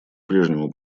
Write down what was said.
прежнему